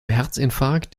herzinfarkt